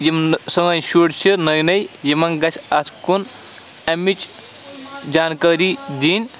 یِم سٲنۍ شُرۍ چھِ نٔے نٔے یِمَن گژھِ اَتھ کُن اَمِچ جانکٲری دِنۍ